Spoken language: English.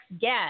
guest